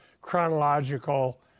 chronological